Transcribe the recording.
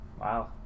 Wow